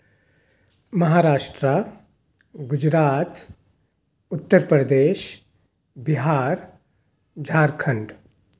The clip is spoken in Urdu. مہاراشٹرا گجرات اتر پردیش بہار جھارکھنڈ